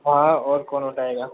हाँ और कौन उठाएगा